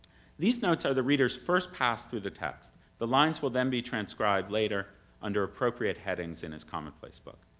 these notes are the reader's first pass through the text. the lines will then be transcribed later under appropriate headings in his commonplace book.